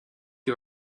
you